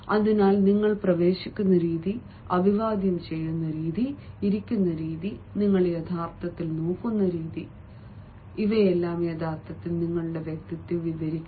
അതിനാൽ നിങ്ങൾ പ്രവേശിക്കുന്ന രീതി അഭിവാദ്യം ചെയ്യുന്ന രീതി ഇരിക്കുന്ന രീതി നിങ്ങൾ യഥാർത്ഥത്തിൽ നോക്കുന്ന രീതി വളയുന്ന രീതി ഇവയെല്ലാം യഥാർത്ഥത്തിൽ നിങ്ങളുടെ വ്യക്തിത്വത്തെ വിവരിക്കുന്നു